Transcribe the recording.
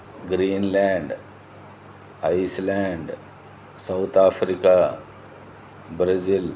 Greenland Iceland South Africa Brazil